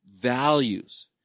values